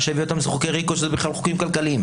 מה שהביא אותם זה חוקי ריקו שזה בכלל חוקים כלכליים.